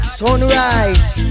sunrise